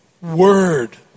word